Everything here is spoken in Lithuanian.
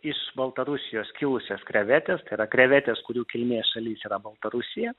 iš baltarusijos kilusias krevetes tai yra krevetės kurių kilmės šalis yra baltarusija